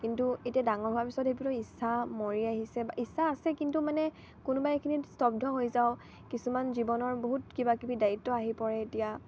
কিন্তু এতিয়া ডাঙৰ হোৱাৰ পিছত সেইবিলাক ইচ্ছা মৰি আহিছে বা ইচ্ছা আছে কিন্তু মানে কোনোবাই এইখিনি স্তব্ধ হৈ যাওঁ কিছুমান জীৱনৰ বহুত কিবাকিবি দায়িত্ব আহি পৰে এতিয়া